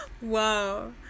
Wow